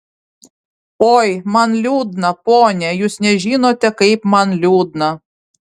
oi man liūdna pone jūs nežinote kaip man liūdna